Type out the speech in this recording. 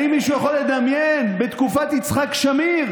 האם מישהו יכול לדמיין בתקופת יצחק שמיר